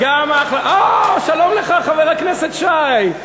או, שלום לך, חבר הכנסת שי.